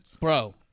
Bro